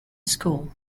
school